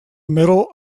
middle